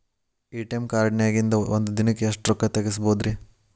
ATM ಕಾರ್ಡ್ನ್ಯಾಗಿನ್ದ್ ಒಂದ್ ದಿನಕ್ಕ್ ಎಷ್ಟ ರೊಕ್ಕಾ ತೆಗಸ್ಬೋದ್ರಿ?